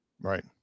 Right